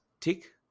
tick